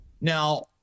Now